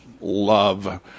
love